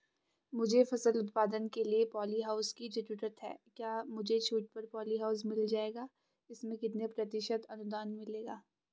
मुझे फसल उत्पादन के लिए प ॉलीहाउस की जरूरत है क्या मुझे छूट पर पॉलीहाउस मिल जाएगा इसमें कितने प्रतिशत अनुदान मिलेगा?